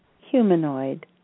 humanoid